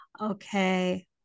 okay